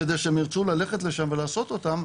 כדי שהם ירצו ללכת לשם ולעשות אותם,